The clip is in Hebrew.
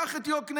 קח את יקנעם,